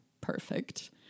perfect